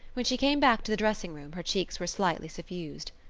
when she came back to the dressing-room her cheeks were slightly suffused.